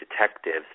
detectives